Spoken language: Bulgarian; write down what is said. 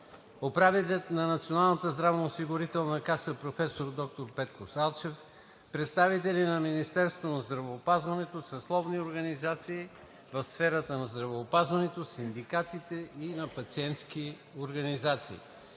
управителят на Националната здравноосигурителна каса (НЗОК), професор доктор Петко Салчев, представители на Министерството на здравеопазването, съсловните организации в сферата на здравеопазването, синдикатите и на пациентските организации.